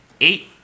eight